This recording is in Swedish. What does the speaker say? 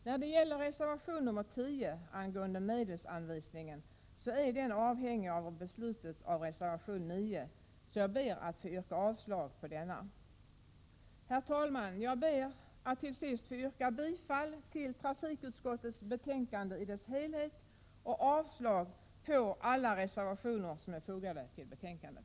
När det gäller reservation 10 angående medelsanvisningen vill jag säga att den är avhängig av beslutet beträffande reservation 9, så jag ber att få yrka avslag på reservation 10. Herr talman! Jag ber till sist att få yrka bifall till hemställan i trafikutskottets betänkande i dess helhet och avslag på alla reservationer som är fogade till betänkandet.